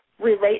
relate